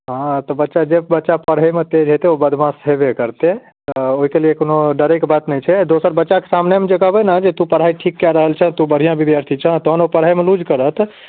हँ तऽ बच्चा जे बच्चा पढ़ैमे तेज हेतै ओ बदमाश हेबे करतै ओहिके लेल कोनो डरैके बात नहि छै दोसर बच्चाके सामने कहबै ने जे पढ़ाइ ठीक कऽ रहल छेँ तू बढ़िआँ विद्यार्थी छेँ तहन ओ पढ़ाइमे लूज करत